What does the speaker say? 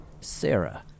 Sarah